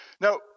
Now